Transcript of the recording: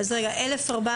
1,400 וכמה?